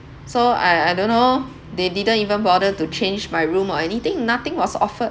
so I I don't know they didn't even bother to change my room or anything nothing was offered